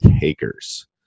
takers